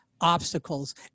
obstacles